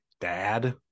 dad